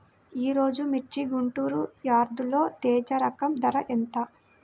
ఈరోజు మిర్చి గుంటూరు యార్డులో తేజ రకం ధర ఎంత?